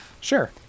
Sure